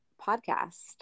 podcast